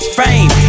fame